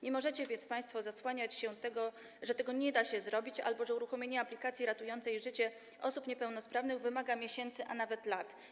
Nie możecie więc państwo zasłaniać się tym, że tego nie da się zrobić albo że uruchomienie aplikacji ratującej życie osobom niepełnosprawnym wymaga miesięcy, a nawet lat.